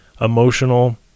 emotional